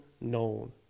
known